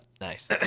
nice